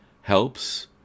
helps